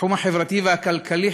התחום החברתי והכלכלי,